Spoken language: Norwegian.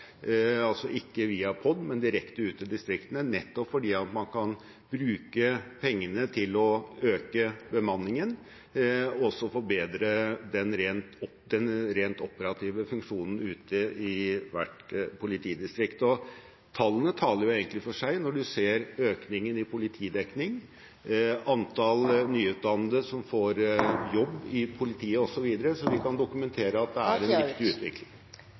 altså ikke via POD, men direkte ut til distriktene, nettopp fordi man kan bruke pengene til å øke bemanningen, og også forbedre den rent operative funksjonen ute i hvert politidistrikt. Tallene taler egentlig for seg når man ser økningen i politidekning – antall nyutdannede som får jobb i politiet osv. – så vi kan dokumentere at det er en riktig utvikling.